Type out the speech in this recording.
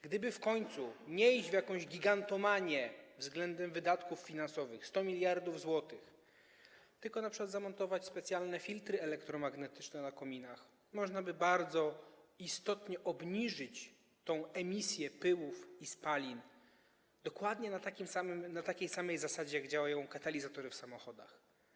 Gdyby w końcu nie iść w jakąś gigantomanię względem wydatków finansowych, 100 mld zł, tylko np. zamontować specjalne filtry elektromagnetyczne na kominach, można by bardzo istotnie obniżyć tę emisję pyłów i spalin, dokładnie na takiej samej zasadzie jak działają katalizatory w samochodach.